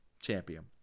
champion